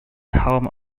home